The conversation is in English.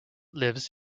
lives